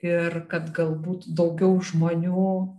ir kad galbūt daugiau žmonių